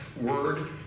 word